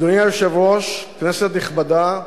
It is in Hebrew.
אדוני היושב-ראש, כנסת נכבדה,